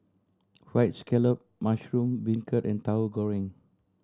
Fried Scallop mushroom beancurd and Tauhu Goreng